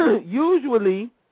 usually